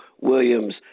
Williams